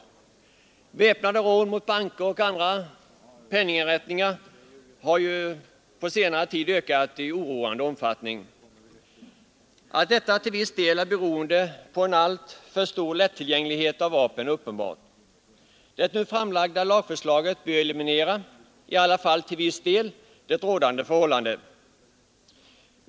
Antalet väpnade rån mot banker och andra penninginrättningar har ju på senare tid ökat i oroande omfattning. Att detta till viss del är beroende på att vapen är alltför lättillgängliga är uppenbart. Det nu framlagda lagförslaget bör eliminera — i alla fall till viss del — det rådande förhållandet.